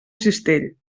cistell